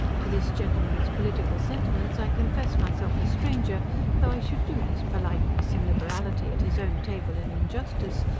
to this gentleman's political sentiments i confess myself a stranger though i should do his politeness and liberality at his own table an injustice,